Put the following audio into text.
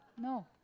No